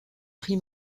prix